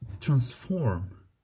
transform